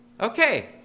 Okay